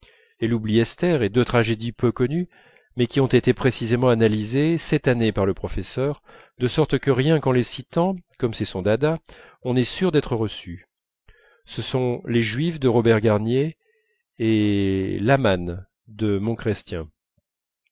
elle oublie esther et deux tragédies peu connues mais qui ont été précisément analysées cette année par le professeur de sorte que rien qu'en les citant comme c'est son dada on est sûre d'être reçue ce sont les juives de robert garnier et l'aman de